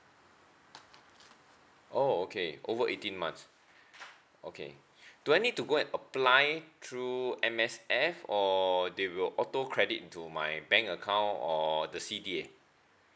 oh okay over eighteen months okay do I need to go and apply through M_S_F or they will auto credit into my bank account or the C_D_A